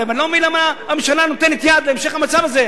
ואני לא מבין למה הממשלה נותנת יד להמשך המצב הזה.